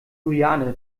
juliane